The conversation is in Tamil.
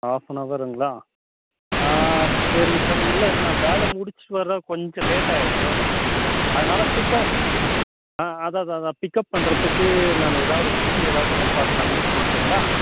ஆஃபனவருங்களா ஆ சரிங் சார் இல்லை இன்னும் வேலை முடிச்சு வர கொஞ்சம் லேட்டாயிவிடும் அதனால பிக்கப் ஆ அதான் அதான் அதான் பிக்கப் பண்ணுறத்துக்கு நான் எதாவது வண்டி எதாவது ஏற்பாடு பண்ணிட்டு சொல்ட்டுங்களா